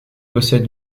possède